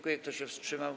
Kto się wstrzymał?